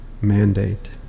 mandate